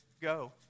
go